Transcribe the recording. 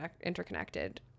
interconnected